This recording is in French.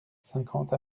cinquante